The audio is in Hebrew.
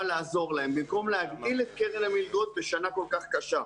לעזור להם במקום להגדיל את קרן המלגות בשנה כל כך קשה.